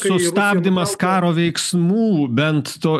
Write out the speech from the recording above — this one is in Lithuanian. sustabdymas karo veiksmų bent to